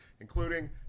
including